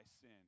sin